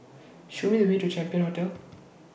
Show Me The Way to Champion Hotel